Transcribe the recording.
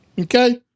Okay